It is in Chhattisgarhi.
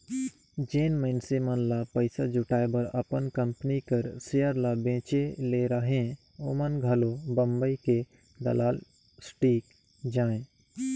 जेन मइनसे मन ल पइसा जुटाए बर अपन कंपनी कर सेयर ल बेंचे ले रहें ओमन घलो बंबई हे दलाल स्टीक जाएं